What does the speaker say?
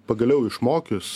pagaliau išmokius